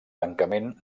tancament